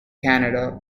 canada